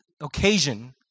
occasion